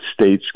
states